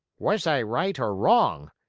was i right or wrong?